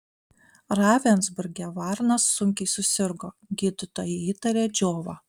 ravensburge varnas sunkiai susirgo gydytojai įtarė džiovą